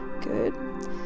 good